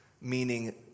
meaning